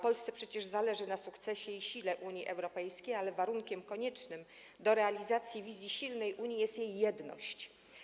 Polsce przecież zależy na sukcesie i sile Unii Europejskiej, ale warunkiem koniecznym do realizacji wizji silnej Unii jest jej jedność.